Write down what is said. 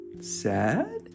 sad